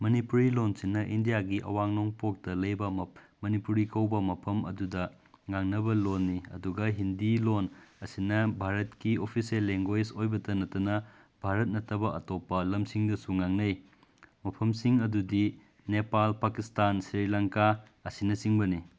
ꯃꯅꯤꯄꯨꯔꯤ ꯂꯣꯟꯁꯤꯅ ꯏꯟꯗꯤꯌꯥꯒꯤ ꯑꯋꯥꯡ ꯅꯣꯡꯄꯣꯛꯇ ꯂꯩꯕ ꯃꯅꯤꯄꯨꯔꯤ ꯀꯧꯕ ꯃꯐꯝ ꯑꯗꯨꯗ ꯉꯥꯡꯅꯕ ꯂꯣꯟꯅꯤ ꯑꯗꯨꯒ ꯍꯤꯟꯗꯤ ꯂꯣꯟ ꯑꯁꯤꯅ ꯚꯥꯔꯠꯀꯤ ꯑꯣꯐꯤꯁꯤꯌꯦꯜ ꯂꯦꯡꯒꯣꯏꯖ ꯑꯣꯏꯕꯇ ꯅꯠꯇꯅ ꯚꯥꯔꯠ ꯅꯠꯇꯕ ꯑꯇꯣꯞꯄ ꯂꯝꯁꯤꯡꯗꯁꯨ ꯉꯥꯡꯅꯩ ꯃꯐꯝꯁꯤꯡ ꯑꯗꯨꯗꯤ ꯅꯦꯄꯥꯜ ꯄꯥꯀꯤꯁꯇꯥꯟ ꯁ꯭ꯔꯤ ꯂꯪꯀꯥ ꯑꯁꯤꯅ ꯆꯤꯡꯕꯅꯤ